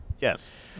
Yes